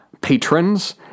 patrons